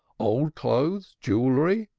old clothes, jewelry,